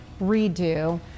redo